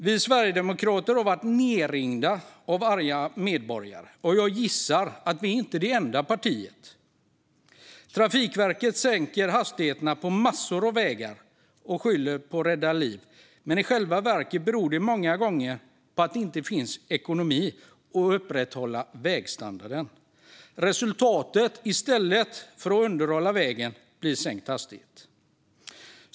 Vi sverigedemokrater har blivit nedringda av arga medborgare, och jag gissar att vi inte är det enda partiet. Trafikverket sänker hastigheten på massor av vägar och skyller på att det handlar om att rädda liv, men i själva verket beror det många gånger på att det inte finns ekonomi att upprätthålla vägstandarden. I stället för att underhålla vägen sänker Trafikverket hastigheten.